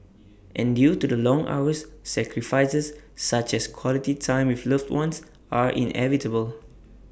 and due to the long hours sacrifices such as quality time with loved ones are inevitable